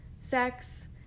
sex